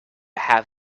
have